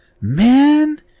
man